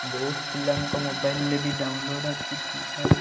ବହୁତ ପିଲାଙ୍କ ମୋବାଇଲ୍ ରେ ବି ଡାଉନଲୋଡ଼୍ ଅଛି ଫିଫାୟାର୍